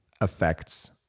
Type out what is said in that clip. affects